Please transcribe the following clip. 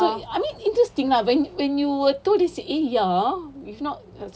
so I mean interesting lah when you when you were told eh ya if not